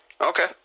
Okay